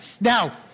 Now